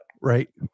right